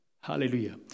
Hallelujah